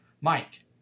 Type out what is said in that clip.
Mike